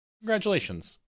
Congratulations